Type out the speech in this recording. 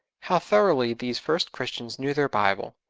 how thoroughly these first christians knew their bible!